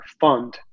fund